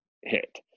hit